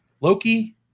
Loki